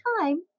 time